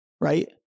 right